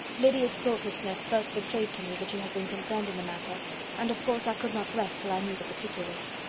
lydia's thoughtlessness first betrayed to me that you had been concerned in the matter and, of course, i could not rest till i knew the particulars.